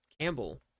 Campbell